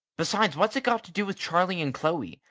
besides, what's it got to do with charlie and chloe?